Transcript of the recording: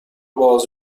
باز